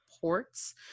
ports